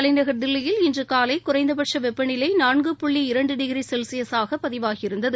தலைநகர் தில்லியில் இன்று காலை குறைந்தபட்ச வெப்பநிலை நான்கு புள்ளி இரண்டு டிகிரி செல்ஸியஸாக பதிவாகி இருந்தது